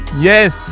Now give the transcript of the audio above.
Yes